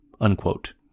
unquote